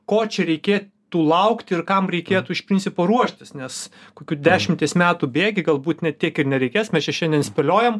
ko čia reikėtų laukti ir kam reikėtų iš principo ruoštis nes kokių dešimties metų bėgy galbūt net tiek ir nereikės mes čia šiandien spėliojam